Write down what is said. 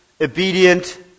obedient